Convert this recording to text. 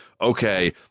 okay